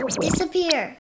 Disappear